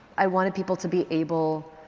i wanted people to be able,